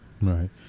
Right